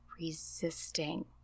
resisting